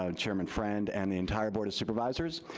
um chairman friend, and the entire board of supervisors.